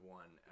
one